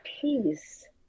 peace